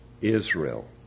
Israel